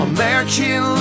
American